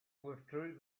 withdrew